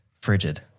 frigid